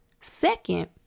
Second